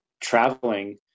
traveling